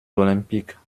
olympiques